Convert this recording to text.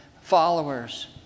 followers